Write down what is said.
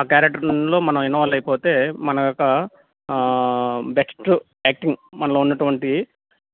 ఆ కేరెక్టర్లో మనం ఇన్వాల్వ్ అయిపోతే మన యొక్క బెస్ట్ యాక్టింగ్ మనలో ఉన్నటువంటి